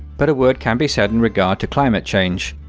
but a word can be said in regard to climate change.